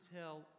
tell